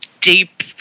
deep